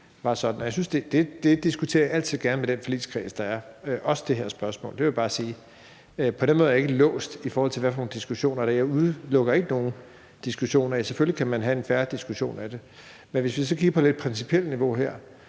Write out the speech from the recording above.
Det diskuterer jeg altid gerne med den forligskreds, der er, og det gælder også det her spørgsmål. Det vil jeg bare sige. På den måde er jeg ikke låst, i forhold til hvad for nogle diskussioner, der kan tages. Jeg udelukker ikke nogen diskussioner. Selvfølgelig kan man have en fair diskussion af det. Men hvis vi så kigger på det principielle niveau her,